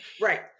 Right